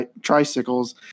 tricycles